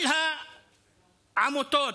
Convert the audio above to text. כל העמותות,